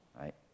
right